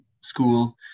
school